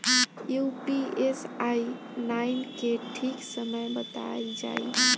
Pusa nine के ठीक समय बताई जाई?